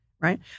Right